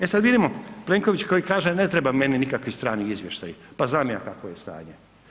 E sada vidimo, Plenković koji kaže, ne treba meni nikakvi strani izvještaji, pa znam ja kavo je stanje.